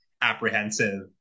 apprehensive